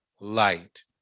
light